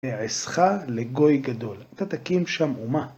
ואעשך לגוי גדול, אתה תקים שם אומה.